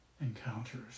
encounters